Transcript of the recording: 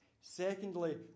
Secondly